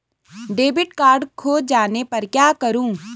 Debit card खो जाने पर क्या करूँ?